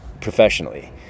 professionally